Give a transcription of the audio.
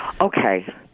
Okay